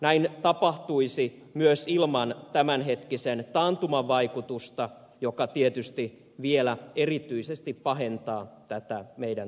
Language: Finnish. näin tapahtuisi myös ilman tämänhetkisen taantuman vaikutusta joka tietysti vielä erityisesti pahentaa tätä meidän tilannettamme